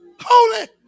Holy